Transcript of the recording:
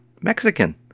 Mexican